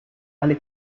alle